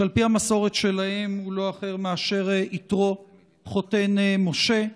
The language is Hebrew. שעל פי המסורת שלהם הוא לא אחר מאשר יתרו חותן משה.